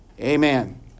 Amen